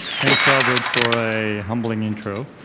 thanks robert for a humbling intro.